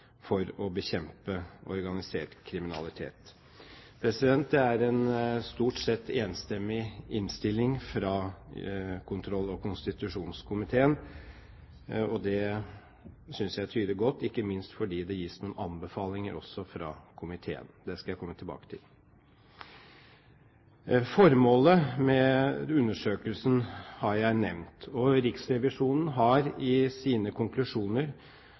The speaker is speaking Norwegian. for å bekjempe organisert kriminalitet. Det er en stort sett enstemmig innstilling fra kontroll- og konstitusjonskomiteen, og det synes jeg tyder godt, ikke minst fordi det også gis noen anbefalinger fra komiteen. Det skal jeg komme tilbake til. Formålet med undersøkelsen har jeg nevnt, og Riksrevisjonen har i sine konklusjoner